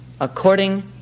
according